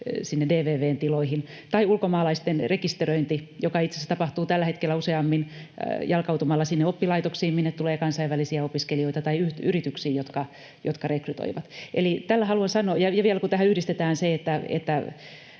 sinne DVV:n tiloihin, tai ulkomaalaisten rekisteröinti, joka itse asiassa tapahtuu tällä hetkellä useammin jalkautumalla sinne oppilaitoksiin, minne tulee kansainvälisiä opiskelijoita, tai yrityksiin, jotka rekrytoivat. Ja vielä kun tähän yhdistetään se,